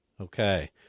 Okay